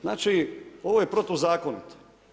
Znači ovo je protuzakonito.